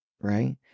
right